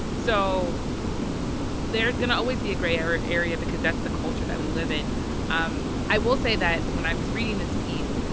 so there's going to always be a gray area area because that's the culture that we live in um i will say that when i was reading this piece,